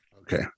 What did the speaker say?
Okay